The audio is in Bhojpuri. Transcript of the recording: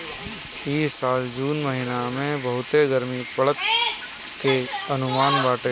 इ साल जून महिना में बहुते गरमी पड़ला के अनुमान बाटे